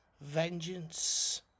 vengeance